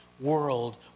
world